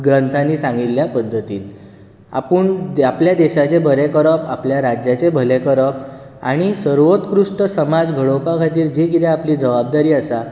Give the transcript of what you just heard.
ग्रंथानी सांगिल्ल्या पद्धतीन आपूण आपल्या देशांचे भले करप आपल्या राज्याचे भलें करप आनी सर्वोत्कृश्ट समाज घडोवपा खातीर जी कितें आपली जबाबदारी आसा